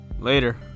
Later